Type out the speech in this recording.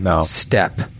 step